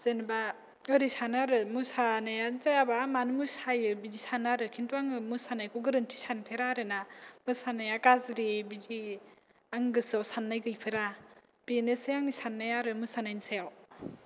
जेनोबा ओरैसानो आरो मोसानाया जायाबा मानो मोसायो बिदि सानो आरो खिनथु आङो मोसानायखौ गोरोन्थि सानफेरा आरोना मोसानाया गाज्रि बिदि आं गोसोआव सान्नाय गैफेरा बेनोसै आरो आंनि सान्नाया मोसानायनि सायाव